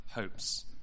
hopes